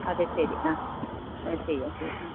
അതെ ശരി ആ ചെയ്യാം ചെയ്യാം ആ